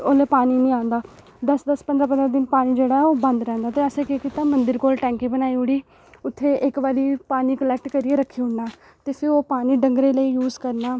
ओल्लै पानी निं औंदा दस दस पंदरां पंदरां दिन पानी जेह्ड़ा ऐ ओह् बंद रौंह्दा ते असें केह् कीता मंदर कोल टैंकी बनाई ओड़ी उत्थै इक बारी पानी कलैक्ट करियै रक्खी ओड़ना ते फ्ही ओह् पानी डंगरें लेई यूज करना